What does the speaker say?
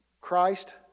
Christ